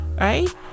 Right